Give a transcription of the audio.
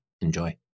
Enjoy